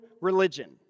religion